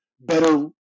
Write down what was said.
better